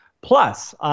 plus